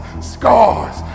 scars